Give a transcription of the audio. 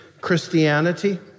Christianity